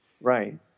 Right